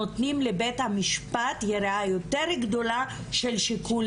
נותנים לבית המשפט יריעה יותר גדולה של שיקול